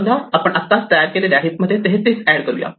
समजा आपण आत्ताच तयार केलेल्या हिप मध्ये 33 ऍड करूया